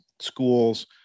schools